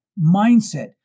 mindset